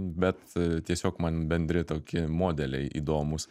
bet tiesiog man bendri toki modeliai įdomūs